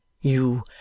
You